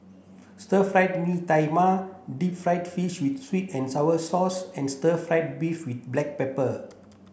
Stir Fry Mee Tai Mak deep fried fish with sweet and sour sauce and stir fry beef with black pepper